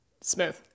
smooth